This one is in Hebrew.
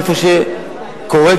קורה,